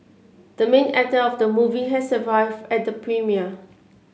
the main actor of the movie has arrived at the premiere